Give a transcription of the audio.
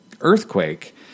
earthquake